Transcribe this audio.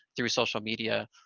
through social media,